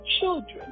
children